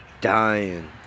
dying